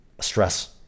stress